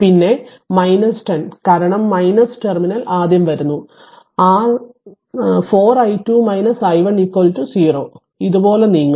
പിന്നെ 10 കാരണം ടെർമിനൽ ആദ്യംവരുന്നു r4 i2 i1 0 ഇതുപോലെ നീങ്ങുന്നു